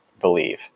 believe